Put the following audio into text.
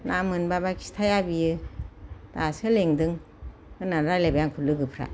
ना मोनबाबा खिथाया बियो दासो लेंदों होननानै रायलायबाय आंखौ लोगोफ्रा